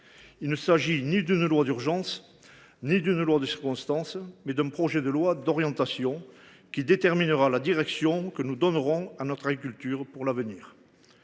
Il ne s’agit ni d’une loi d’urgence ni d’une loi de circonstance, mais d’un texte d’orientation, qui déterminera la direction que nous entendons donner à notre agriculture à l’avenir.